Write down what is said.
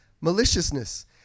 maliciousness